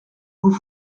vous